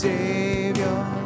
Savior